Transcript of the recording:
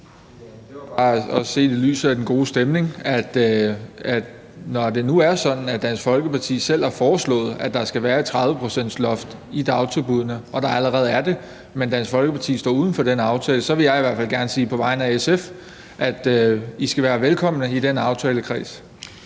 tænker bare, også set i lyset af den gode stemning, at når det nu er sådan, at Dansk Folkeparti selv har foreslået, at der skal være et 30-procentsloft i dagtilbuddene, og der er allerede er det, mens Dansk Folkeparti står uden for den aftale, så vil jeg i hvert fald gerne sige på vegne af SF, at I skal være velkomne i den aftalekreds.